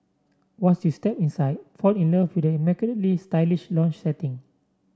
once you step inside fall in love with the immaculately stylish lounge setting